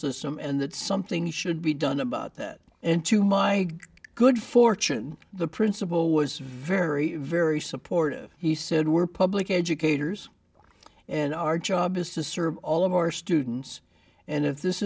system and that something should be done about that and to my good fortune the principal was very very supportive he said we're public education and our job is to serve all of our students and if this